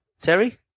Terry